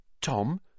Tom